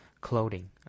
clothing